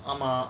ஆமா:aama